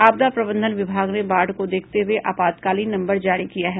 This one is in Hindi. आपदा प्रबंधन विभाग ने बाढ़ को देखते हुए आपातकालीन नम्बर जारी किया है